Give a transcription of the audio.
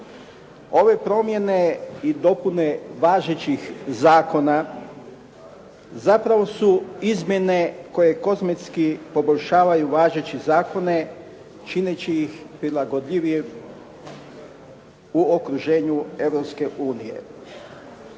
Ove promjene i dopune važećih zakona zapravo su izmjene koje kozmetski poboljšavaju važeće zakone čineći ih prilagodljivijim u okruženju